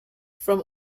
from